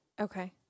Okay